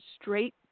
Straight